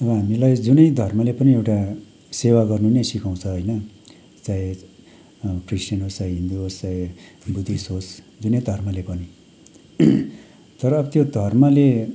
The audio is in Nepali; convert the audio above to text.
अब हामीलाई जुनै धर्मले पनि एउटा सेवा गर्नु नै सिकाउँछ होइन चाहे क्रिस्टियन होस् चाहे हिन्दू होस् चाहे बुदिस्ट होस् जुनै धर्मले पनि तर त्यो धर्मले